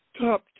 top